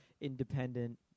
independent